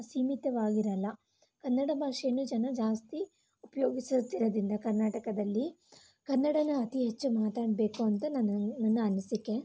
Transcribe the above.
ಸೀಮಿತವಾಗಿರಲ್ಲ ಕನ್ನಡ ಭಾಷೆಯನ್ನು ಜನ ಜಾಸ್ತಿ ಉಪಯೋಗಿಸುತ್ತಿರೋದ್ರಿಂದ ಕರ್ನಾಟಕದಲ್ಲಿ ಕನ್ನಡನ ಅತಿ ಹೆಚ್ಚು ಮಾತಾಡಬೇಕು ಅಂತ ನನ್ನ ನನ್ನ ಅನಿಸಿಕೆ